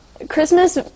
Christmas